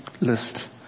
list